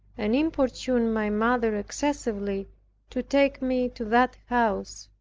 and importuned my mother excessively to take me to that house.